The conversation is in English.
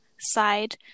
side